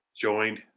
joined